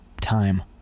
time